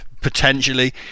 potentially